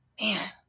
man